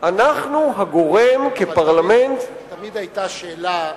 אנחנו הגורם, כפרלמנט, תמיד היתה שאלה,